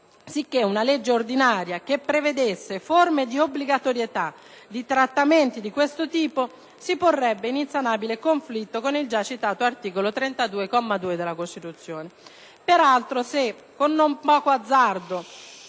sicché una legge ordinaria che prevedesse forme di obbligatorietà di trattamenti di questo tipo si porrebbe in insanabile conflitto con il già citato articolo 32, comma 2, della Costituzione;